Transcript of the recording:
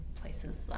places